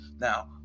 Now